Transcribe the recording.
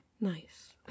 nice